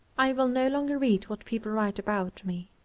i will no longer read what people write about me.